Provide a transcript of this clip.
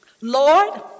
Lord